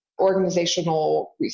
organizational